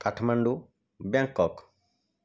Kathmandu Bangkok